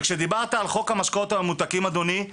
כשדיברת על חוק המשקאות הממותקים אדוני,